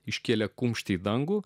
iškėlė kumštį į dangų